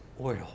oil